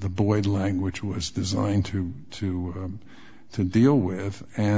the boy's language was designed to to to deal with and